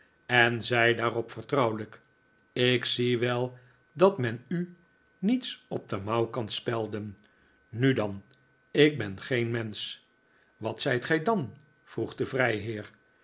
en zei daarop vertrouwelijk ik zie wel dat men u niets op de mouw kan spelden nu dan ik ben geen mensch wat zijt gij dan vroeg de vrijheer